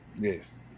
yes